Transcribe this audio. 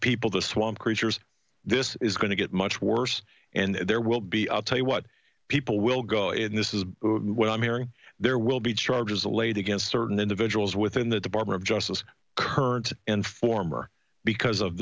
people the swamp creatures this is going to get much worse and there will be i'll tell you what people will go in this is what i'm hearing there will be charges laid against certain individuals within the department of justice current and former because of